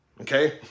okay